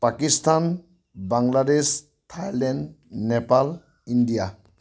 Pakistan Bangladesh Thailand Nepal India